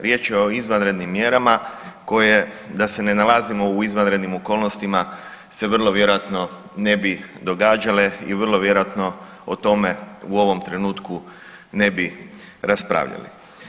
Riječ je o izvanrednim mjerama koje da se ne nalazimo u izvanrednim okolnostima se vrlo vjerojatno ne bi događale i vrlo vjerojatno o tome u ovom trenutku ne bi raspravljali.